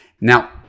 Now